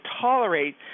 tolerate